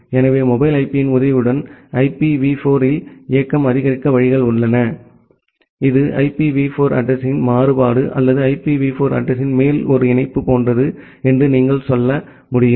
எனவே மொபைல் ஐபியின் உதவியுடன் ஐபிவி 4 இல் இயக்கம் ஆதரிக்க வழிகள் உள்ளன இது ஐபிவி 4 அட்ரஸிங்யின் மாறுபாடு அல்லது ஐபிவி 4 அட்ரஸிங்யின் மேல் ஒரு இணைப்பு போன்றது என்று நீங்கள் என்ன சொல்ல முடியும்